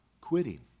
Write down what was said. quitting